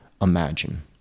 imagine